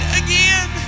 again